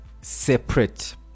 separate